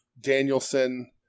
Danielson